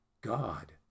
God